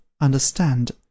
understand